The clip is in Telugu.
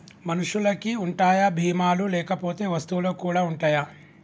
మనుషులకి ఉంటాయా బీమా లు లేకపోతే వస్తువులకు కూడా ఉంటయా?